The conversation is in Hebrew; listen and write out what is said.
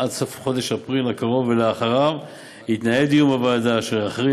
ועדת החוץ והביטחון תוך כדי התהליך הזה ותוך כדי אירועי "צוק